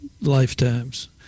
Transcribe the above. lifetimes